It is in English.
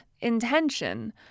intention